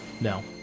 No